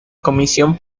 comisión